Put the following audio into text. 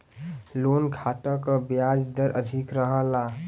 loan खाता क ब्याज दर अधिक रहला